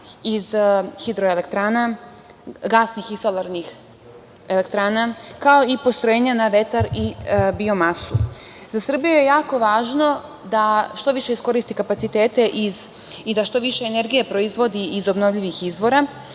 iz hidroelektrana, gasnih i solarnih elektrana, kao i postrojenja na vetar i biomasu.Za Srbiju je jako važno da što više iskoristi kapaciteta i da što više energije proizvodi iz obnovljivih izvora